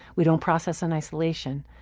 we don't process in isolation.